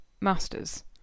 master's